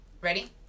ready